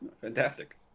Fantastic